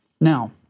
Now